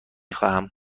خواهم